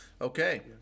Okay